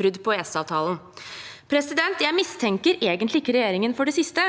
brudd på EØSavtalen? Jeg mistenker egentlig ikke regjeringen for det siste,